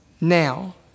now